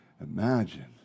imagine